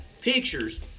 pictures